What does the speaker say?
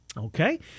Okay